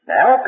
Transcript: Now